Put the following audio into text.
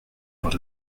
but